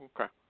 Okay